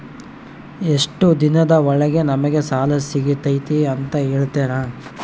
ಎಷ್ಟು ದಿನದ ಒಳಗೆ ನಮಗೆ ಸಾಲ ಸಿಗ್ತೈತೆ ಅಂತ ಹೇಳ್ತೇರಾ?